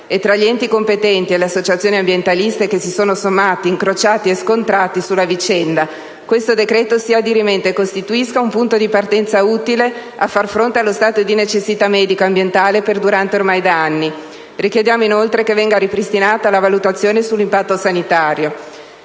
e tra gli enti competenti e le associazioni ambientaliste, che si sono sommati, incrociati e scontrati sulla vicenda, questo provvedimento sia dirimente e costituisca un punto di partenza utile a far fronte allo stato di necessità medico e ambientale perdurante ormai da anni. Richiediamo inoltre che venga ripristinata la valutazione sull'impatto sanitario.